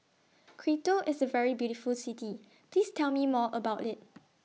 Quito IS A very beautiful City Please Tell Me More about IT